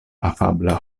afabla